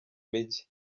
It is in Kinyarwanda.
mijyi